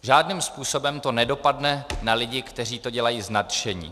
Žádným způsobem to nedopadne na lidi, kteří to dělají z nadšení.